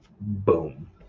Boom